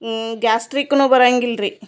ಹ್ಞ್ ಗ್ಯಾಸ್ಟ್ರಿಕುನು ಬರಂಗಿಲ್ಲ ರೀ